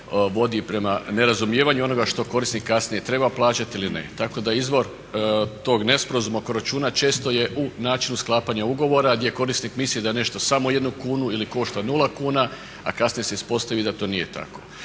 vodi prema nerazumijevanju onoga što korisnik kasnije treba plaćati ili ne. Tako da izvor tog nesporazuma oko računa često je u načinu sklapanja ugovora, gdje korisnik misli da je nešto samo jednu kunu ili košta nula kuna, a kasnije se ispostavi da to nije tako.